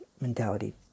mentality